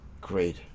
Great